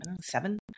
seven